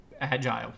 agile